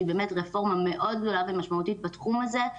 שהיא באמת רפורמה מאוד גדולה ומשמעותית בתחום הזה,